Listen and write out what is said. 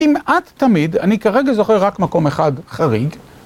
כמעט תמיד, אני כרגע זוכר רק מקום אחד חריג,